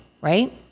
Right